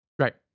Right